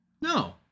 No